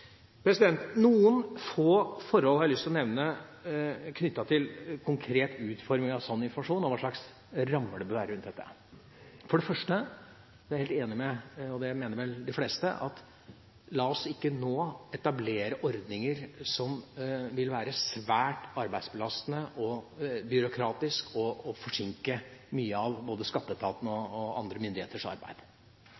Noen få forhold som er knyttet til den konkrete utformingen av slik informasjon og hva slags rammer det bør være rundt dette, har jeg lyst til å nevne. For det første, og dette mener vel de fleste – la oss ikke nå etablere ordninger som vil være svært arbeidsbelastende og byråkratiske og forsinke mye av skatteetatens og andre myndigheters arbeid. Dette må man kunne gjøre enkelt og